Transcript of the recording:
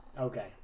Okay